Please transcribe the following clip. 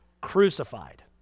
crucified